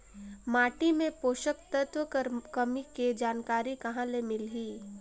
माटी मे पोषक तत्व कर कमी के जानकारी कहां ले मिलही?